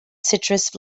citrus